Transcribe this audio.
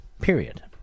Period